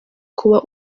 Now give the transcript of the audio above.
kuba